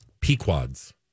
pequods